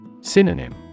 Synonym